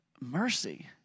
mercy